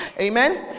amen